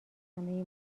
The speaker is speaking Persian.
همه